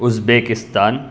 Uzbekistan